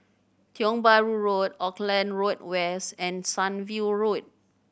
Tiong Bahru Road Auckland Road West and Sunview Road